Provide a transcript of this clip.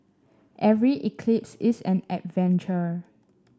every eclipse is an adventure